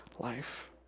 life